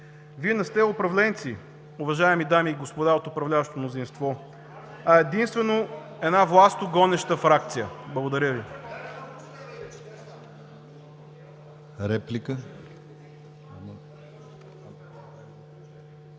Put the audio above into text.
Вие не сте управленци, уважаеми дами и господа от управляващото мнозинство, а единствено една властогонеща фракция. (Реплики